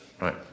right